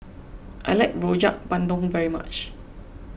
I like Rojak Bandung very much